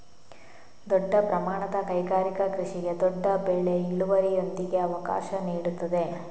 ದೊಡ್ಡ ಪ್ರಮಾಣದ ಕೈಗಾರಿಕಾ ಕೃಷಿಗೆ ದೊಡ್ಡ ಬೆಳೆ ಇಳುವರಿಯೊಂದಿಗೆ ಅವಕಾಶ ನೀಡುತ್ತದೆ